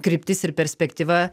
kryptis ir perspektyva